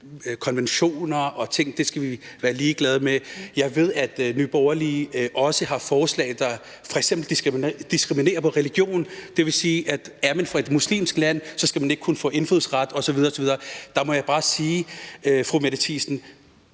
konventioner og sådan nogle ting skal vi være ligeglade med, og jeg ved også, at Nye Borgerlige har forslag, der f.eks. diskriminerer på religion. Det vil sige, at er man fra et muslimsk land, skal man ikke kunne få indfødsret osv. Der må jeg bare sige, at jeg ser